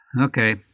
Okay